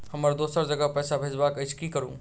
हमरा दोसर जगह पैसा भेजबाक अछि की करू?